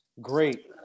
Great